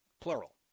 plural